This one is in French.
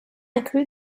inclus